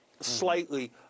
slightly